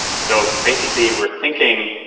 so basically, we're thinking